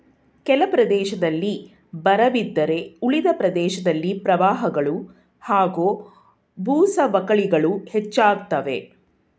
ಕೆಲ ಪ್ರದೇಶದಲ್ಲಿ ಬರವಿದ್ದರೆ ಉಳಿದ ಪ್ರದೇಶದಲ್ಲಿ ಪ್ರವಾಹಗಳು ಹಾಗೂ ಭೂಸವಕಳಿಗಳು ಹೆಚ್ಚಾಗ್ತವೆ